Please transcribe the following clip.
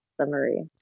summary